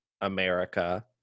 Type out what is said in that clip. america